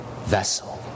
vessel